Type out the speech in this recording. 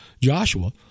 Joshua